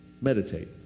meditate